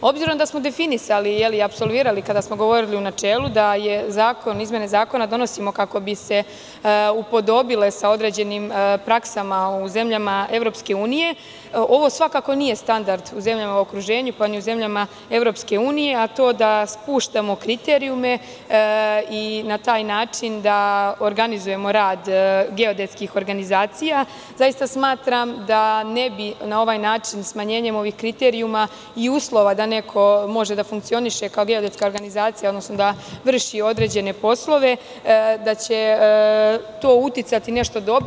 Obzirom da smo definisali i apsolvirali, kada smo govorili u načelu, da izmene zakona donosimo kako bi se upodobile sa određenim praksama u zemljama EU, ovo svakako nije standard u zemljama u okruženju, pa ni u zemljama EU, to da spuštamo kriterijume i na taj način da organizujemo geodetske organizacije, na ovaj način, smanjenjem ovih kriterijuma i uslova da neko može da funkcioniše kao geodetska organizacija, odnosno da vrši određene poslove, da će to uticati na nešto dobro.